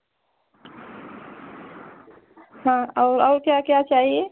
हाँ और और क्या क्या चाहिए